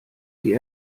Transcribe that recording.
die